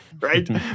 right